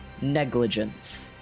negligence